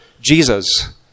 Jesus